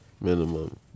minimum